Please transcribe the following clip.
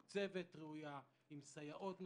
מתוקצבת ראויה, עם סייעות נכונות.